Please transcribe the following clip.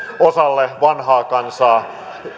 osalle vanhaa kansaa